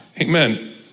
Amen